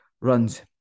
runs